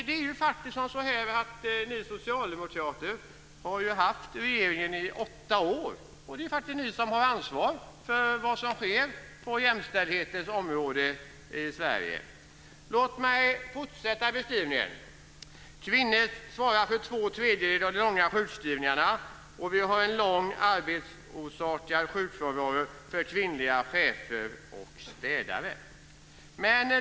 Det är ju faktiskt så att ni socialdemokrater har haft regeringsmakten i åtta år. Det är faktiskt ni som har ansvaret för vad som sker på jämställdhetens område i Sverige. Låt mig fortsätta beskrivningen: Kvinnor svarar för två tredjedelar av de långa sjukskrivningarna. Vi har en lång arbetsorsakad sjukfrånvaro för kvinnliga chefer och städare.